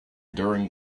during